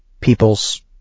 people's